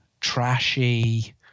trashy